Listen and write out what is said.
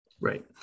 Right